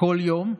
כל יום,